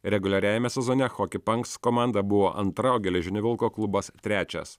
reguliariajame sezone choki panks komanda buvo antra o geležinio vilko klubas trečias